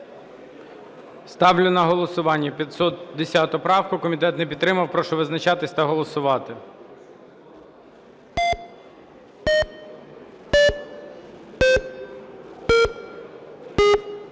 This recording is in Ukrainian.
Ставлю на голосування 510 правку. Комітет не підтримав. Прошу визначатись та голосувати.